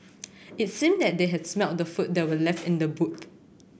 it seemed that they had smelt the food that were left in the boot